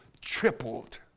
tripled